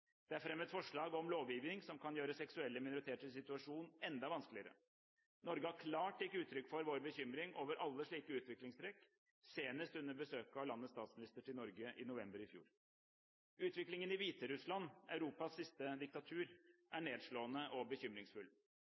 Det er fremmet forslag om en lovgivning som kan gjøre seksuelle minoriteters situasjon enda vanskeligere. Norge har klart gitt uttrykk for sin bekymring over alle slike utviklingstrekk – senest under besøket av landets statsminister til Norge i november i fjor. Utviklingen i Hviterussland – Europas siste diktatur – er nedslående og bekymringsfull.